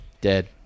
dead